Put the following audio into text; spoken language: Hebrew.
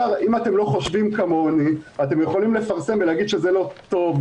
אם אתם לא חושבים כמוני אתם יכולים לפרסם ולהגיד שזה לא טוב,